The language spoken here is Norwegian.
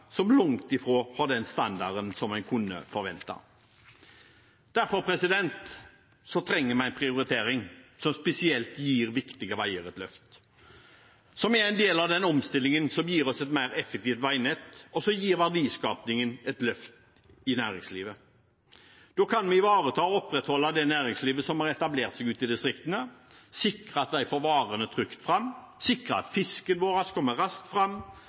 som langt fra har den standarden en kunne forvente. Derfor trenger vi en prioritering som spesielt gir viktige veier et løft, som er en del av den omstillingen som gir oss et mer effektivt veinett, og som gir verdiskapingen i næringslivet et løft. Da kan vi ivareta og opprettholde det næringslivet som har etablert seg ute i distriktene, sikre at de får varene trygt fram, sikre at fisken vår kommer raskt fram,